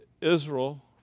Israel